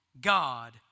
God